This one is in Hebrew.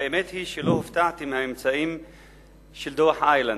האמת היא שלא הופתעתי מהממצאים של דוח-איילנד,